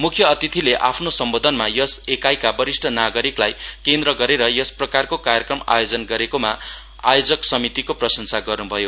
मुख्य अतिथिले आफ्नो सम्बोधनमा यस एकाईका वरिष्ठ नागरिकलाई केन्द्र गरेर यस प्रकारको कार्यक्रम आयोजन गरेकोमा आयोजक समितिको प्रशंसा गर्न्भयो